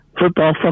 Football